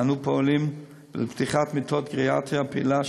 אנו פועלים לפתיחת מיטות גריאטריה פעילה,